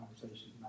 conversation